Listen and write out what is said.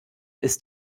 ist